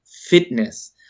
fitness